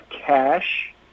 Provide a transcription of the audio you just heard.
cash